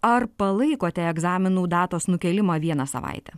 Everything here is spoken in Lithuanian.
ar palaikote egzaminų datos nukėlimą vieną savaitę